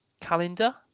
calendar